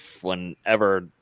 whenever